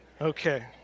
Okay